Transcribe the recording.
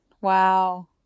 Wow